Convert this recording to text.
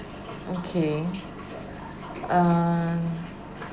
okay um